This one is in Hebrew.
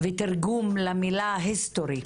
ותרגום, למילה HISTORY,